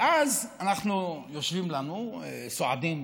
ואז, אנחנו יושבים לנו, סועדים